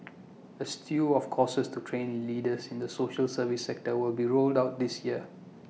A slew of courses to train leaders in the social service sector will be rolled out this year